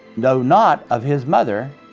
though not of his mother.